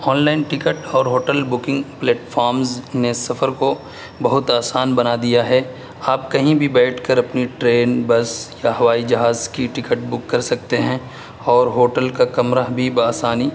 on line ticket اور hotel booking platforms نے سفر کو بہت آسان بنا دیا ہے آپ کہیں بھی بیٹھ کر اپنی ٹرین بس یا ہوائی جہاز کی ٹکٹ بک کر سکتے ہیں اور ہوٹل کا کمرہ بھی با آسانی